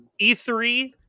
E3